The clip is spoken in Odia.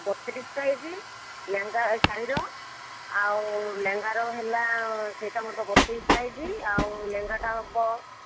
ବତିଶ ସାଇଜ୍ ଲେହେଙ୍ଗା ଶାଢ଼ୀର ଆଉ ଲେହେଙ୍ଗାର ହେଲା ସେଇଟା ମଧ୍ୟ ବତିଶ ସାଇଜ୍ ଆଉ ଲେହେଙ୍ଗାଟା ହେବ